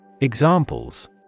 Examples